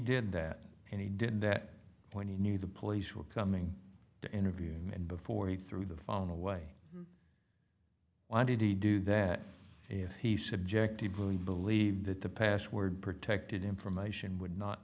did that and he did that when you knew the police were coming to interview him and before he threw the phone away why did he do that if he subjective really believed that the password protected information would not